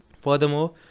Furthermore